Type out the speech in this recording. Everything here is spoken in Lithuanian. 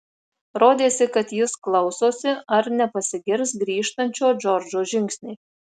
rodėsi kad jis klausosi ar nepasigirs grįžtančio džordžo žingsniai